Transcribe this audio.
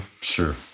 Sure